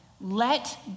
Let